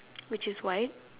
which is white